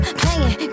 playing